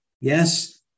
yes